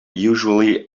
usually